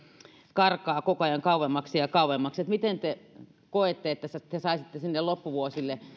karkaa koko ajan kauemmaksi ja kauemmaksi miten te koette että te saisitte sinne loppuvuosille